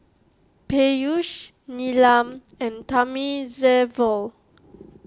Peyush Neelam and Thamizhavel